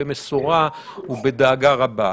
במשורה ובדאגה רבה.